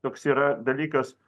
toks yra dalykas